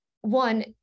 One